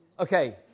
Okay